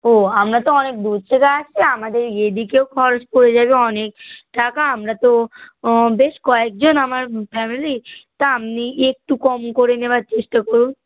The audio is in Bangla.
ও আমরা তো অনেক দূর থেকে আসলাম আমাদের এদিকেও খরচ পড়ে যাবে অনেক টাকা আমরা তো বেশ কয়েকজন আমার ফ্যামিলি তা আপনি একটু কম করে নেবার চেষ্টা করুন